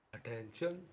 Attention